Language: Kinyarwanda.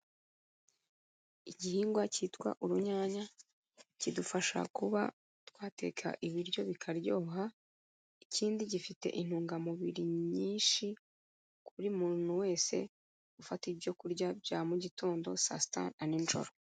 Igihingwa cyitwa urunyanya kidufasha kuba twateka ibiryo bikaryoha, ikindi gifite intungamubiri nyinshi kuri buri muntu wese ufata ibyo kurya bya mu gitondo, saa sita na nijoro.